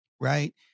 right